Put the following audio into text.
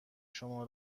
شما